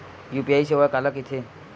UPI सेवा काला कइथे?